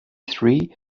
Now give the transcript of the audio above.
three